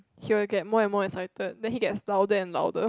he will get more and more excited then he gets louder and louder